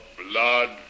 blood